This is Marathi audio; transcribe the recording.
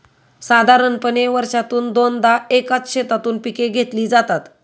साधारणपणे वर्षातून दोनदा एकाच शेतातून पिके घेतली जातात